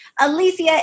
Alicia